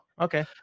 okay